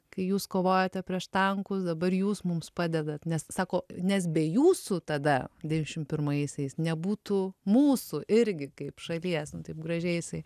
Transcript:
kai jūs kovojate prieš tankus dabar jūs mums padedat nes sako nes be jūsų tada devyniasdešimt pirmaisiais nebūtų mūsų irgi kaip šalies nu taip gražiai jisai